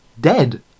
dead